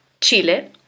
Chile